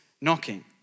knocking